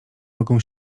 mogą